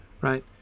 right